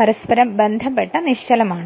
പരസ്പരം ബന്ധപ്പെട്ട് നിശ്ചലമാണ്